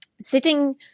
sitting